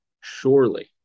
surely